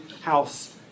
house